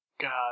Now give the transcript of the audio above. god